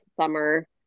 summer